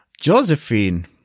Josephine